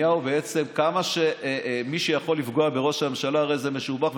מי שיכול לפגוע בראש הממשלה הרי זה משובח,